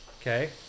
okay